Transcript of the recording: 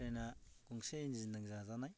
ट्रेना गंसे इन्जिनजों जाजानाय